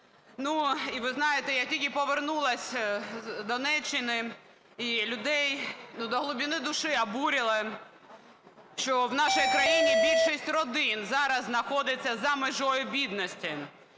Ну, і ви знаєте, я тільки повернулася з Донеччини, і людей до глибини душі обурило, що в нашій країні більшість родин зараз знаходиться за межею бідності.